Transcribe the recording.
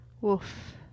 woof